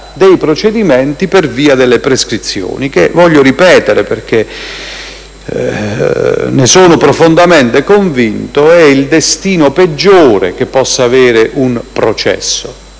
dei procedimenti per via delle prescrizioni. Voglio ripetere - perché ne sono profondamente convinto - che questo è il destino peggiore che possa avere un processo,